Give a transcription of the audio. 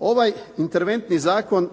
Ovaj interventni zakon,